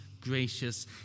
gracious